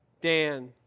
Dan